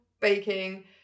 baking